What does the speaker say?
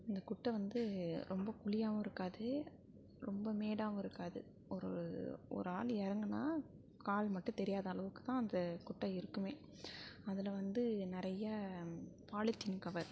அந்த குட்டை வந்து ரொம்ப குழியாகவும் இருக்காது ரொம்ப மேடாகவும் இருக்காது ஒரு ஒரு ஆள் எறங்குனா கால் மட்டும் தெரியாத அளவுக்கு தான் அந்த குட்டை இருக்குமே அதில் வந்து நிறைய பாலித்தீன் கவர்